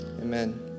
Amen